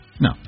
No